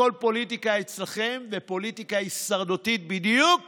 הכול פוליטיקה אצלכם, ופוליטיקה הישרדותית בדיוק